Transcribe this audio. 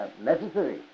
necessary